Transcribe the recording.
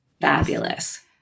Fabulous